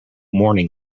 morning